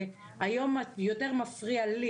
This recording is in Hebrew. והיום יותר מפריע לי,